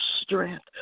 strength